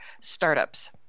startups